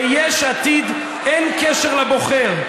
ביש עתיד אין קשר לבוחר,